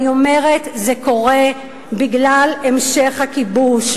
ואני אומרת: זה קורה בגלל המשך הכיבוש,